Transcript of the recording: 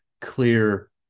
clear